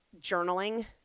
journaling